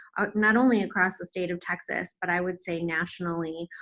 not only across the state of texas, but i would say nationally,